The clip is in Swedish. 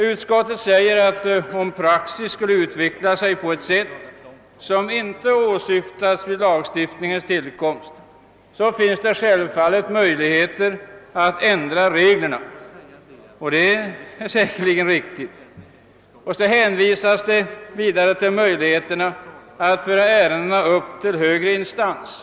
Utskottet säger, att om praxis skulle utveckla sig på ett sätt, som inte åsyftades vid lagstiftningens tillkomst, finns det självfallet möjligheter att ändra reglerna, och det är säkerligen riktigt. Utskottet hänvisar vidare till möjligheterna att föra ärendena vidare till högre instans.